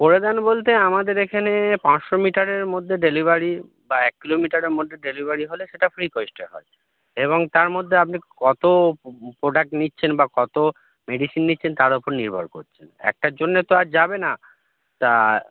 করে দেন বলতে আমাদের এখানে পাঁচশো মিটারের মধ্যে ডেলিভারি বা এক কিলোমিটারের মধ্যে ডেলিভারি হলে সেটা ফ্রি কস্টে হয় এবং তার মধ্যে আপনি কতো প্রোডাক্ট নিচ্ছেন বা কতো মেডিসিন নিচ্ছেন তার ওপর নির্ভর করছেন একটার জন্যে তো আর যাবে না তা